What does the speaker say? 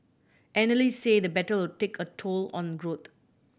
analyst say the battle will take a toll on growth